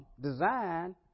design